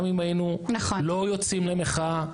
גם אם היינו לא יוצאים למחאה,